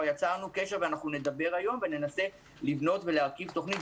יצרנו קשר, נדבר היום וננסה לבנות ולהרכיב תכנית.